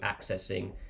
accessing